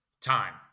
Time